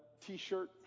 T-shirt